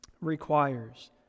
requires